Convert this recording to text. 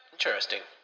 Interesting